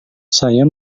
saya